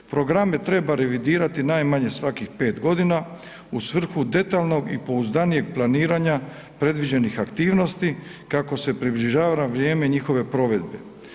Programe treba revidirati najmanje svakih 5 g. u svrhu detaljnog i pouzdanijeg planiranja predviđenih aktivnosti kako se približava vrijeme njihove provedbe.